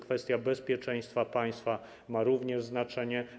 Kwestia bezpieczeństwa państwa ma również znaczenie.